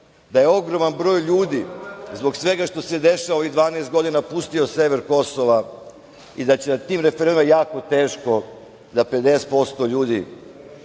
da je ogroman broj ljudi zbog svega što se dešava ovih 12 godina napustio sever Kosova i da će na tim referendumima jako teško 50% ljudi